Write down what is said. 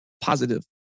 positive